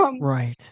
right